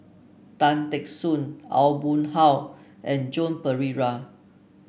Tan Teck Soon Aw Boon Haw and Joan Pereira